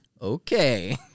okay